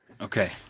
Okay